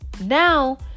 Now